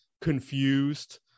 confused